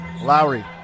Lowry